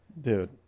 Dude